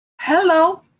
Hello